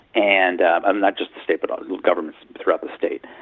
and and not just the state but all governments throughout the state.